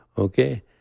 okay?